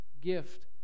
gift